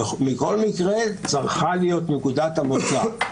בכל מקרה צריכה להיות נקודת המוצא,